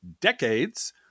decades